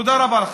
תודה רבה לכם.